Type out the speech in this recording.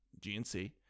GNC